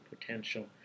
potential